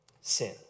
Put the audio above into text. sin